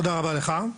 תודה רבה לך.